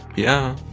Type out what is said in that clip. yeah